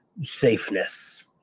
safeness